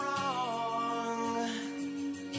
wrong